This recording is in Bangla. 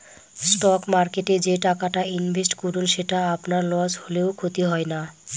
স্টক মার্কেটে যে টাকাটা ইনভেস্ট করুন সেটা আপনার লস হলেও ক্ষতি হয় না